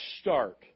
start